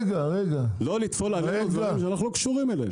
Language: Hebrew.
לא לטפול עלינו דברים שאנחנו לא קשורים אליהם.